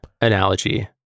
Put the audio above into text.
analogy